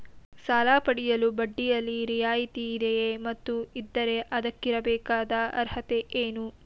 ಸಾಲ ಪಡೆಯಲು ಬಡ್ಡಿಯಲ್ಲಿ ರಿಯಾಯಿತಿ ಇದೆಯೇ ಮತ್ತು ಇದ್ದರೆ ಅದಕ್ಕಿರಬೇಕಾದ ಅರ್ಹತೆ ಏನು?